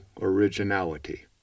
originality